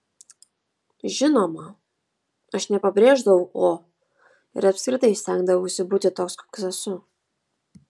žinoma aš nepabrėždavau o ir apskritai stengdavausi būti toks koks esu